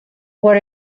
what